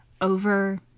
over